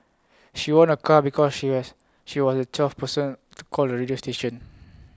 she won A car because she has she was the twelfth person to call the radio station